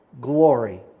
glory